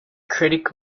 critic